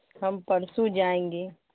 ہم پرسوں جائیں گے